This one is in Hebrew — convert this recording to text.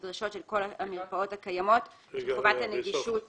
הנדרשות של כל המרפאות הקיימות שחובת הנגישות